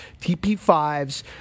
TP5s